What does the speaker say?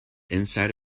inside